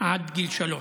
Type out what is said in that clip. עד גיל שלוש.